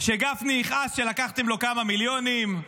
שגפני יכעס שלקחתם לו כמה מיליונים,